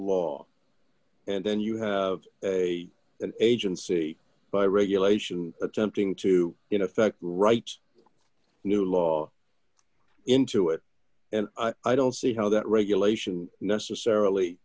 law and then you have an agency by regulation attempting to in effect write new law into it and i don't see how that regulation necessarily